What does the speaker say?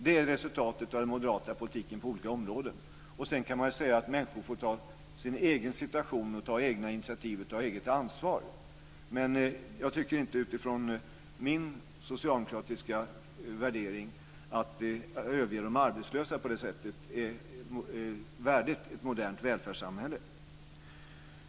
Det är resultatet av den moderata politiken på olika områden. Man kan säga att folk får ta hand om sin egen situation och ta egna initiativ och eget ansvar. Men utifrån min socialdemokratiska värdering är det inte värdigt ett modernt välfärdssamhälle att överge de arbetslösa på det sättet.